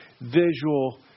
visual